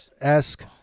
esque